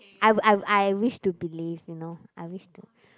I I I wish to believe you know I wish to